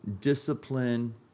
discipline